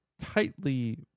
tightly